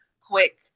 quick